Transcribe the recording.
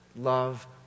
Love